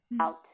out